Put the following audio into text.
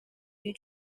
due